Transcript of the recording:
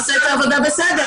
עושה את העבודה בסדר.